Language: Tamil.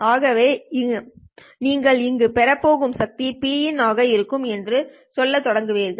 ஆகவே நீங்கள் இங்கு பெறும் சக்தி Pin ஆக இருக்கும் என்று சொல்லத் தொடங்கினீர்கள்